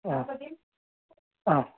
ಹಾಂ ಹಾಂ